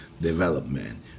development